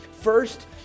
First